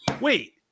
wait